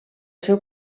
seu